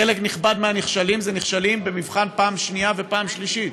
חלק נכבד מהנכשלים נכשלים במבחן פעם שנייה ופעם שלישית.